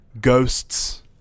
ghosts